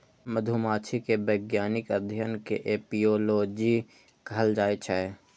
मधुमाछी के वैज्ञानिक अध्ययन कें एपिओलॉजी कहल जाइ छै